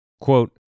Quote